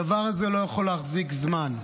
הדבר הזה לא יכול להחזיק זמן.